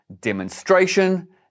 demonstration